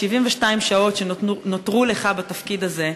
72 שעות שנותרו לך בתפקיד הזה,